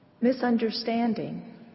misunderstanding